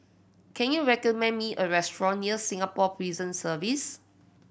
can you recommend me a restaurant near Singapore Prison Service